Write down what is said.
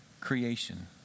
creation